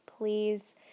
Please